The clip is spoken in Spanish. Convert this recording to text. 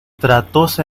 tratóse